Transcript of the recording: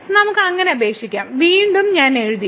നമുക്ക് അങ്ങനെ അപേക്ഷിക്കാം വീണ്ടും ഞാൻ എഴുതി